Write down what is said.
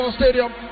stadium